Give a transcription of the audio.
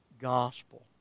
gospel